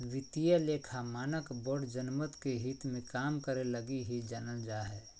वित्तीय लेखा मानक बोर्ड जनमत के हित मे काम करे लगी ही जानल जा हय